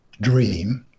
dream